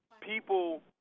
people